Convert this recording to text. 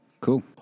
cool